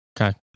Okay